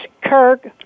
Kirk